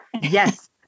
yes